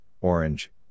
orange